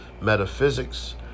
metaphysics